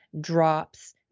drops